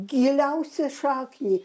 giliausią šaknį